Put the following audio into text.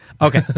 Okay